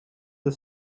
the